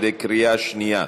בקריאה שנייה,